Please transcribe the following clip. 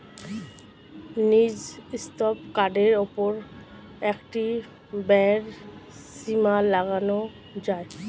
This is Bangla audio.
নিজস্ব কার্ডের উপর একটি ব্যয়ের সীমা লাগানো যায়